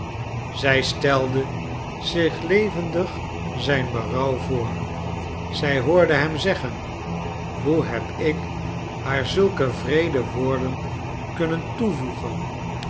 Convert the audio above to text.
zij stelde zich levendig zijn berouw voor zij hoorde hem zeggen hoe heb ik haar zulke wreede woorden kunnen toevoegen